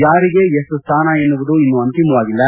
ಯಾರಿಗೆ ಎಷ್ಟು ಸ್ಥಾನ ಎನ್ನುವುದು ಇನ್ನೂ ಅಂತಿಮವಾಗಿಲ್ಲ